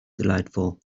delightful